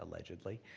allegedly.